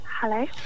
Hello